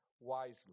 wisely